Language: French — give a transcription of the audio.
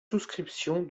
souscription